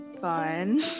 fun